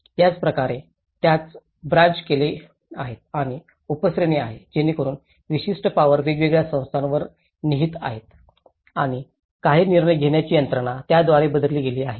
त्याचप्रकारे त्यास ब्रँच केले गेले आहेत आणि उपश्रेणी आहेत जेणेकरुन विशिष्ट पॉवर्स वेगवेगळ्या संस्थांवर निहित आहेत आणि काही निर्णय घेण्याची यंत्रणा त्याद्वारे बदलली गेली आहे